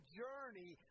journey